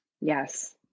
yes